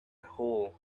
hole